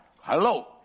Hello